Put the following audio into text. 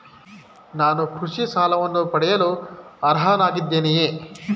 ನಾನು ಕೃಷಿ ಸಾಲವನ್ನು ಪಡೆಯಲು ಅರ್ಹನಾಗಿದ್ದೇನೆಯೇ?